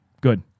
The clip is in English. Good